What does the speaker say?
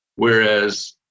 Whereas